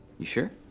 you sure?